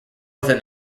within